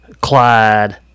Clyde